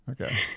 Okay